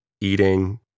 eating